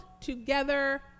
together